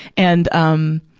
and, um,